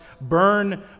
burn